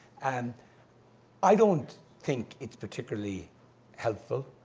and i don't think it's particularly helpful.